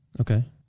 Okay